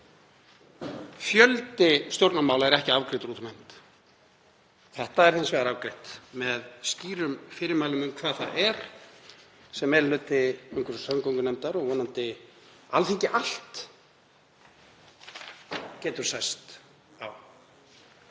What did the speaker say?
Fjöldi stjórnarmála er ekki afgreiddur úr nefnd. Þetta er hins vegar afgreitt með skýrum fyrirmælum um hvað það er sem meiri hluti umhverfis- og samgöngunefndar og vonandi Alþingi allt getur sæst á.